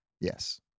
Yes